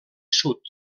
sud